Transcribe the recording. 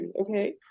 Okay